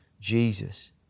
Jesus